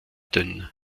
dünn